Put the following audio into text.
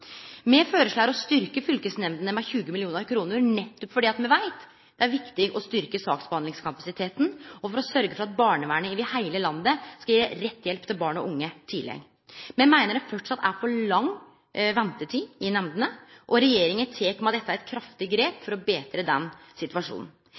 Me føreslår å styrkje fylkesnemndene med 20 mill. kr, nettopp fordi me veit at det er viktig å styrkje saksbehandlingskapasiteten, og for å sørgje for at barnevernet over heile landet skal gje rett hjelp til barn og unge tidleg. Me meiner det framleis er for lang ventetid i nemndene, og regjeringa tek med dette eit kraftig grep